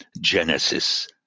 Genesis